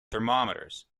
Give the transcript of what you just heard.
thermometers